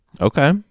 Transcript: Okay